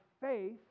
faith